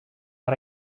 got